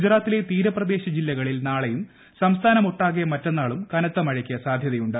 ഗുജറാത്തിലെ തീരപ്രദേശ ജില്ലകളിൽ നാളെയും സംസ്ഥാനമൊട്ടാകെ മറ്റന്നാളും കനത്ത മഴയ്ക്ക് സാധൃത്യുണ്ട്